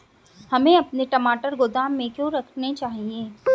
हमें अपने टमाटर गोदाम में क्यों रखने चाहिए?